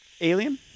Alien